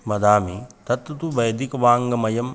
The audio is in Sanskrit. वदामि तत् तु वैदिकवाङ्मयम्